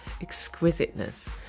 exquisiteness